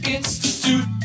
Institute